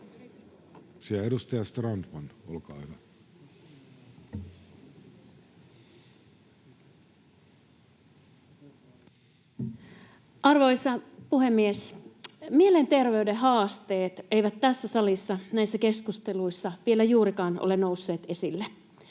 Edustaja Strandman, olkaa hyvä. Arvoisa puhemies! Mielenterveyden haasteet eivät tässä salissa näissä keskusteluissa vielä juurikaan ole nousseet esille.